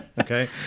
okay